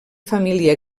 família